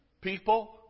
people